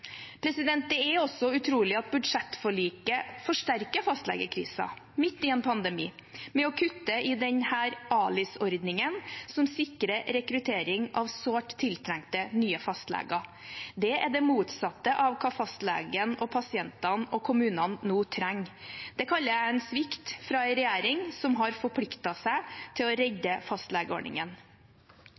Det er også utrolig at budsjettforliket forsterker fastlegekrisen midt i en pandemi ved å kutte i denne ALIS-ordningen som sikrer rekruttering av sårt tiltrengte nye fastleger. Det er det motsatte av hva fastlegene, pasientene og kommunene nå trenger. Det kaller jeg svikt fra en regjering som har forpliktet seg til å redde fastlegeordningen.